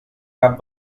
cap